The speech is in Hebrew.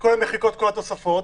כל המחיקות וכל התוספות,